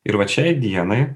ir vat šiai dienai